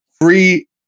free